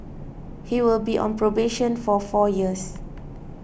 he will be on probation for four years